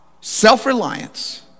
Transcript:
self-reliance